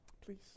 Please